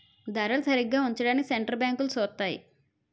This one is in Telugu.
ధరలు సరిగా ఉంచడానికి సెంటర్ బ్యాంకులు సూత్తాయి